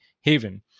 haven